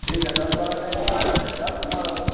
ठीक है दस वाला के कितना कर दें दस न